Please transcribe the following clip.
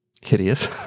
hideous